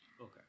Okay